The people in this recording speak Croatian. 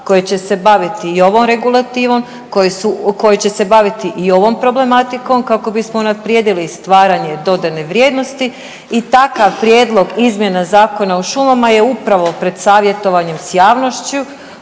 koje će se baviti i ovom regulativom, koje će se baviti i ovom problematikom kako bismo unaprijedili stvaranje dodane vrijednosti i takav prijedlog izmjena Zakona o šumama je upravo pred savjetovanjem s javnošću,